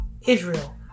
Israel